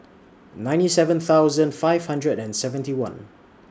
ninety seven thousand five hundred and seventy one